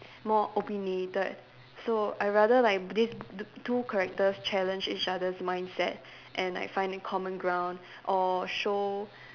more opinionated so I rather like this two characters challenge each other's mindset and like find a common ground or show